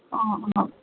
অঁ অঁ